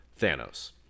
Thanos